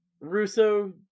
Russo